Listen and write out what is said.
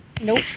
Nope